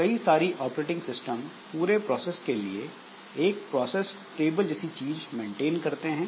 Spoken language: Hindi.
कई सारी ऑपरेटिंग सिस्टम पूरे प्रोसेस के लिए एक प्रोसेस टेबल जैसी चीज मेंटेन करते हैं